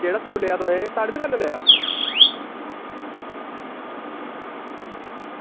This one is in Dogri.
केह्ड़ा सूट लेआ तुसें साढ़ी दकाना लेआ